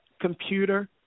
computer